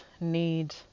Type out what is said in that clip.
need